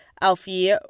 Alfie